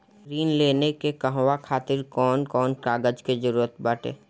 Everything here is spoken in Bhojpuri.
ऋण लेने के कहवा खातिर कौन कोन कागज के जररूत बाटे?